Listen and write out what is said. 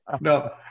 no